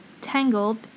Tangled